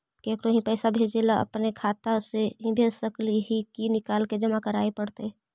केकरो ही पैसा भेजे ल अपने खाता से ही भेज सकली हे की निकाल के जमा कराए पड़तइ?